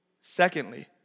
Secondly